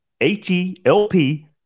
H-E-L-P